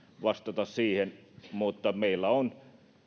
vastata siihen mutta meillä on